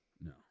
No